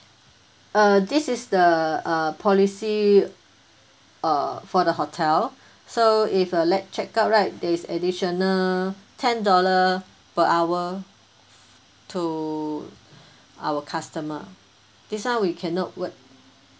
uh this is the uh policy uh for the hotel so if uh late check out right there is additional ten dollar per hour to our customer this [one] we cannot wa~